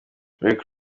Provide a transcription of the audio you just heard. rick